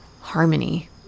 harmony